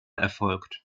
erfolgt